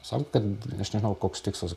sako kad aš nežinau koks tikslas